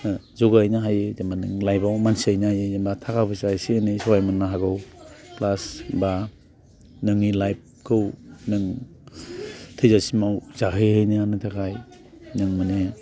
जौगा हैनो हायो जेनेबा नों लाइफआव मानसि जाहैनो हायो जेनेबा थाखा फैसा एसे एनै सहाय मोननो हागौ बा नोंनि लाइफखौ नों थैजासिमाव जाहैनो थाखाय नों माने